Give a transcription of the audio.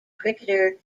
cricketer